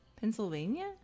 Pennsylvania